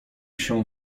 się